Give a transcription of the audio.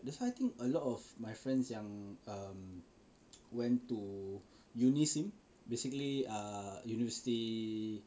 that's why I think a lot of my friends yang um went to you uni SIM basically err university